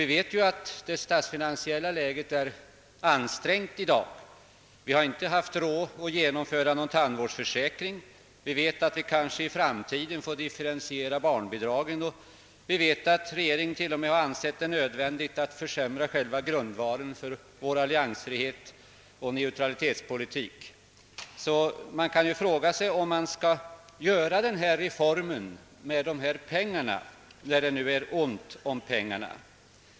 Vi vet att det statsfinansiella läget är ansträngt — vi har inte haft råd att genomföra tandvårdsförsäkring, vi kanske i framtiden måste differentiera barnbidragen, och regeringen har t.o.m. ansett det nödvändigt att försämra själva grundvalen för vår alliansfrihet och neutralitetspolitik. Man kan därför frå ga sig om vi nu skall genomföra denna reform när det är ont om pengar.